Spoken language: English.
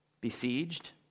Besieged